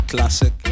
Classic